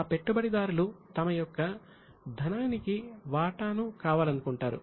ఆ పెట్టుబడిదారులు తమ యొక్క ధనానికి వాటాను కావాలనుకుంటారు